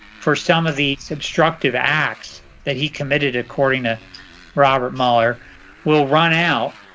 for some of the obstructive acts that he committed according to robert mueller will run out,